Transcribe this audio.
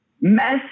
mess